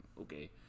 okay